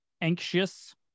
anxious